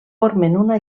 una